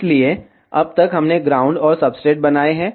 इसलिए अब तक हमने ग्राउंड और सबस्ट्रेट्स बनाए हैं